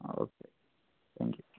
ആ okay thank U